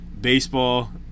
Baseball